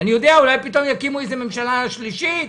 אולי פתאום יקימו איזו ממשלה שלישית,